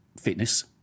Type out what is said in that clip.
fitness